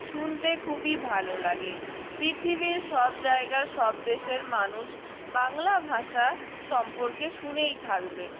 শুনতে খুবই ভালো লাগে পৃথিবীর সব জায়গার সব দেশের মানুষ বাংলা ভাষা সম্পর্কে শুনেই থাকবে